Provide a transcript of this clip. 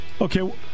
okay